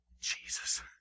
Jesus